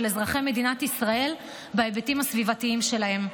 אזרחי מדינת ישראל בהיבטים הסביבתיים שלהם.